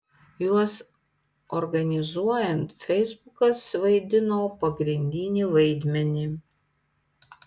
juos organizuojant feisbukas vaidino pagrindinį vaidmenį